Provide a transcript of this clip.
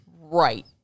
Right